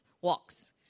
walks